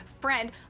friend